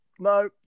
No